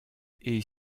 est